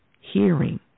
hearing